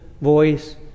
voice